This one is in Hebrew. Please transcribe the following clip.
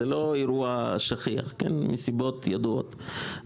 זה לא אירוע שכיח מסיבות ידועות.